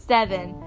Seven